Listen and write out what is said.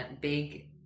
big